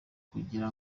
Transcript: kugira